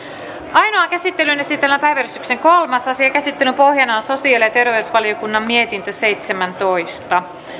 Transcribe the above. ainoaan käsittelyyn esitellään päiväjärjestyksen kolmas asia käsittelyn pohjana on sosiaali ja terveysvaliokunnan mietintö seitsemäntoista